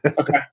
Okay